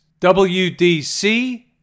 WDC